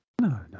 No